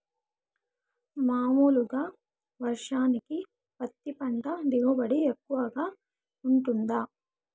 మామూలుగా వర్షానికి పత్తి పంట దిగుబడి ఎక్కువగా గా వుంటుందా?